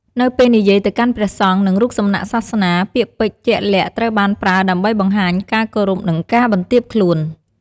នៅពេលនិយាយទៅកាន់ព្រះសង្ឃ និងរូបសំណាកសាសនា ពាក្យពេចន៍ជាក់លាក់ត្រូវបានប្រើដើម្បីបង្ហាញការគោរព និងការបន្ទាបខ្លួន។